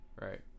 Right